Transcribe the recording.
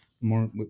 more